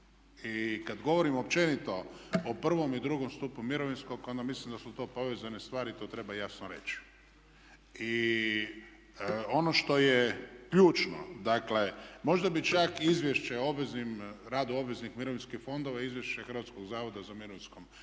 I kada govorimo općenito o I. i II. stupu mirovinskog onda mislim da su to povezane stvari i to treba jasno reći. I ono što je ključno, dakle možda bi čak izvješće o obveznim, radu obveznih mirovinskih fondova i izvješće Hrvatskog zavoda za mirovinsko